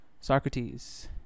Socrates